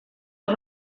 los